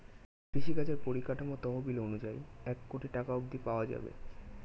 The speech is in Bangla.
কৃষিকাজের পরিকাঠামো তহবিল অনুযায়ী এক কোটি টাকা অব্ধি পাওয়া যাবে